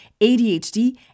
ADHD